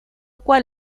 cual